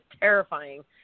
terrifying